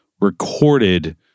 recorded